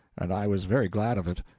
and i was very glad of it,